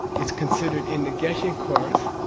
it's considered, in the geshe course,